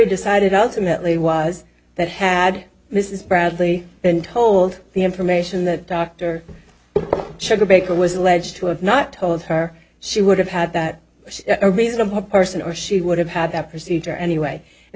decided ultimately was that had mrs bradley been told the information that dr sugar baker was alleged to have not told her she would have had that a reasonable person or she would have had that procedure anyway and